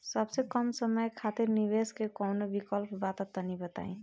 सबसे कम समय खातिर निवेश के कौनो विकल्प बा त तनि बताई?